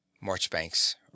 Marchbanks